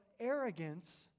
Arrogance